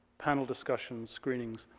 panel discussions, screenings,